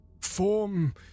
form